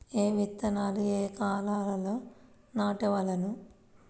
ఏ విత్తనాలు ఏ కాలాలలో నాటవలెను?